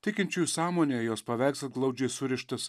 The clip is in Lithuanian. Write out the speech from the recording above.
tikinčiųjų sąmonėje jos paveikslas glaudžiai surištas